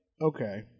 okay